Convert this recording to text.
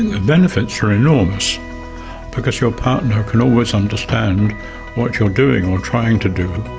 and benefits are enormous because your partner can always understand what you're doing or trying to do and